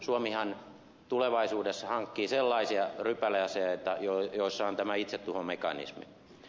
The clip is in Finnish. suomihan tulevaisuudessa hankkii sellaisia rypäleaseita joissa on tämä itsetuhomekanismi